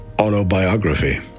autobiography